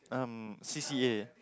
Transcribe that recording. um C_C_A